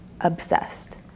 obsessed